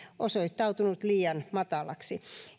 osoittautunut liian matalaksi